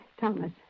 Thomas